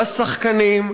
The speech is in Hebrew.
בשחקנים,